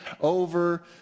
over